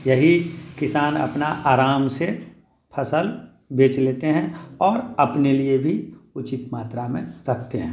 यही किसान अपना आराम से फसल बेच लेते हैं और अपने लिए भी उचित मात्रा में रखते हैं